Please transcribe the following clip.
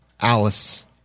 Alice